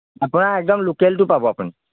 মোৰপৰা একদম লোকেলটো পাব আপুনি